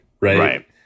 right